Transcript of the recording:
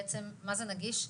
מה זה נגיש?